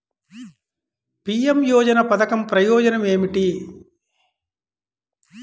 PM యోజన పధకం ప్రయోజనం ఏమితి?